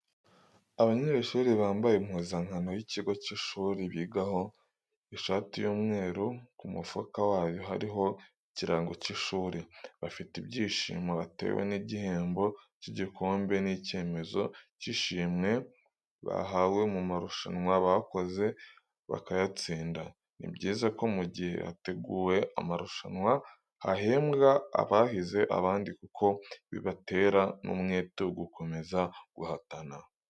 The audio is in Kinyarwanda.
Abanyeshuri bambaye impuzankano y'ikigo cy'ishuri bigaho, ishati y'umweru, ku mufuka wayo hariho ikirango cy'ishuri, bafite ibyishimo batewe n'igihembo cy'igikombe n'icyemezo cy'ishimwe bahawe mu marushanwa bakoze bakayatsinda .Ni byiza ko mu gihe hateguwe amarushanwa hahembwa abahize abandi kuko bibatera n'umwete wo gukomeza guhatana.